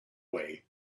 way